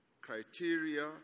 criteria